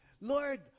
Lord